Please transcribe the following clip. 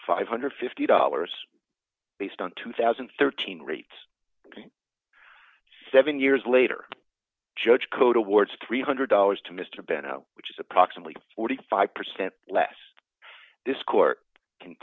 five hundred and fifty dollars based on two thousand and thirteen rates seven years later judge code awards three hundred dollars to mr bennett which is approximately forty five percent less this court can